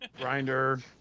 Grinder